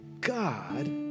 God